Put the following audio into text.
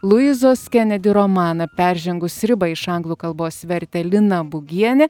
luizos kenedi romaną peržengus ribą iš anglų kalbos vertė lina būgienė